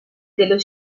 dello